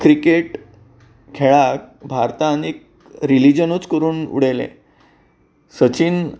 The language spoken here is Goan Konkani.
क्रिकेट खेळाक भारतांत एक रिलीजनूच करून उडयले सचिन